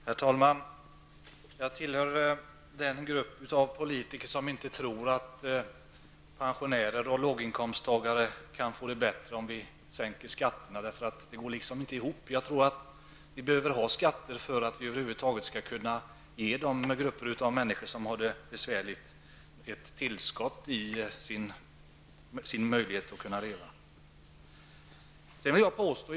Herr talman! Jag tillhör den grupp av politiker som inte tror att pensionärer och låginkomsttagare kan få det bättre om skatterna sänks. Det går liksom inte ihop. Det behövs skatter för att de grupper av människor som har det besvärligt över huvud taget skall kunna få bättre förutsättningar att försörja sig.